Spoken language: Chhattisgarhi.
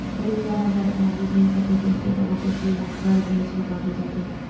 हरही गाय ह जादा भागे झन सकय कहिके गाँव कोती लांहगर घेंच म बांधे जाथे